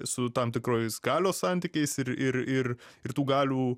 su tam tikrais galios santykiais ir ir ir ir tų galių